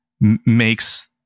makes